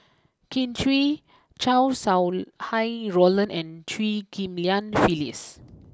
Kin Chui Chow Sau Hai Roland and Chew Ghim Lian Phyllis